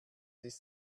ist